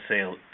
sale